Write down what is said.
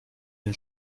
den